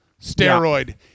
steroid